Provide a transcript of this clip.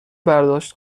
برداشت